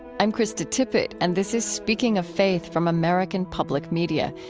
i'm krista tippett, and this is speaking of faith from american public media,